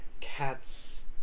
cats